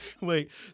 Wait